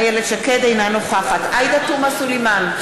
אינה נוכחת עאידה תומא סלימאן,